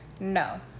no